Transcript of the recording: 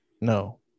No